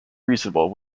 reasonable